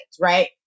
right